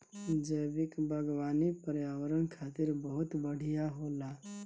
जैविक बागवानी पर्यावरण खातिर बहुत बढ़िया होला